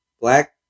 Black